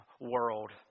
world